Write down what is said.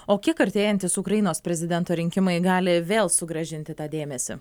o kiek artėjantys ukrainos prezidento rinkimai gali vėl sugrąžinti tą dėmesį